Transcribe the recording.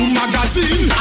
magazine